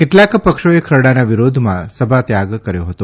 કેટલાક પક્ષોએ ખરડાના વિરોધમાં સભાત્યાગ કર્યો હતો